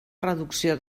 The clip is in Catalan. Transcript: reducció